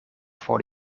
for